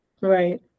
Right